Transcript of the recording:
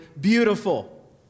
beautiful